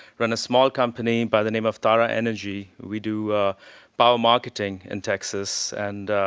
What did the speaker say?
run a small company by the name of tara energy. we do power marketing in texas. and